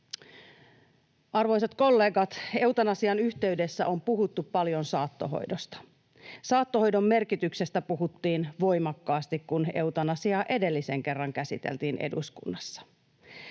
Arvoisat kollegat, eutanasian yhteydessä on puhuttu paljon saattohoidosta. Saattohoidon merkityksestä puhuttiin voimakkaasti, kun eutanasiaa edellisen kerran käsiteltiin eduskunnassa.